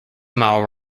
mile